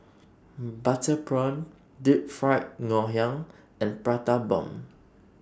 Butter Prawn Deep Fried Ngoh Hiang and Prata Bomb